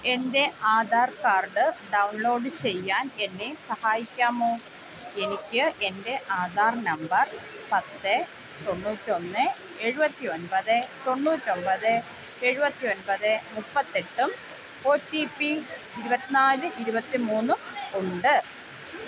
എൻ്റെ Aadhaar card download ചെയ്യാൻ എന്നെ സഹായിക്കാമോ എനിക്ക് എൻ്റെ ആധാർ നമ്പർ പത്ത് തൊണ്ണൂറ്റൊന്ന് എഴുപത്തി ഒമ്പത് തൊണ്ണൂറ്റൊമ്പത് എഴുപത്തി ഒമ്പത് മൂപ്പതെട്ടും ഒ ടി പി ഇരുപത്തിനാല് ഇരുപത്തിമൂന്നും ഉണ്ട്